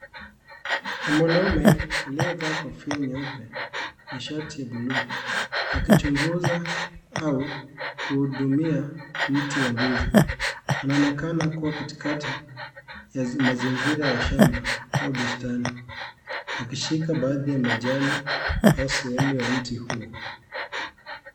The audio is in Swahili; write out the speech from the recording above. Ni mwanaume aliye vaa kofia nyeupa na shati ya bluu. Akichunguza au kuhudumia mti wa ndizi. Anaonekana kuwa katikati ya mazingira ya shamba au bustani. Akishika baadhi ya majani au sehemu ya mti huo.